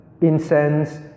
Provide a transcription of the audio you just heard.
incense